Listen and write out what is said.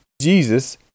Jesus